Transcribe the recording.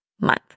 month